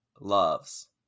loves